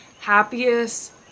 happiest